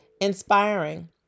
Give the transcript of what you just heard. inspiring